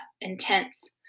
intense